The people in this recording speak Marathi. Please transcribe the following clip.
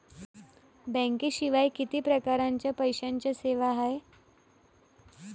बँकेशिवाय किती परकारच्या पैशांच्या सेवा हाय?